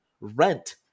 Rent